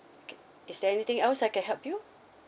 okay is there anything else I can help you